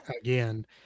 Again